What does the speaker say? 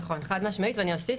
נכון, חד משמעית, ואני אוסיף.